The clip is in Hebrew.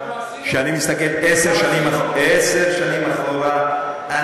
כשאני מסתכל עשר שנים אחורה,